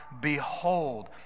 Behold